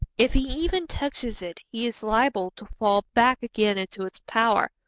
if he even touches it he is liable to fall back again into its power.